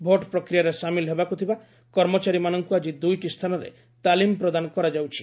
vote ପ୍ରକ୍ରିୟାରେ ସାମିଲ ହେବାକୁଥିବା କର୍ମଚାରୀମାନଙ୍କୁ ଆକି ଦୁଇଟି ସ୍ଥାନରେ ତାଲିମ ପ୍ରଦାନ କରାଯାଉଛି